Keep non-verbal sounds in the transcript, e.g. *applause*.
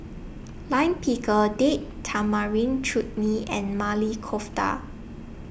*noise* Lime Pickle Date Tamarind Chutney and Maili Kofta